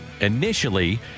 initially